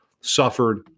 suffered